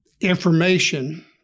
information